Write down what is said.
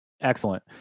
Excellent